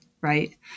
Right